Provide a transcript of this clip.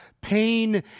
pain